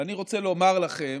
ואני רוצה לומר לכם,